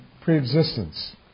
pre-existence